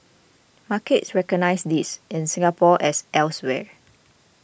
markets recognise this in Singapore as elsewhere